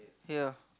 here